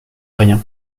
rien